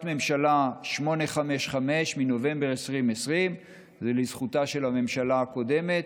ממשלה 855 מנובמבר 2020. זה לזכותה של הממשלה הקודמת.